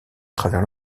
travers